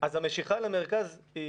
אז המשיכה למרכז היא